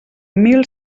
mil